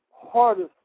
hardest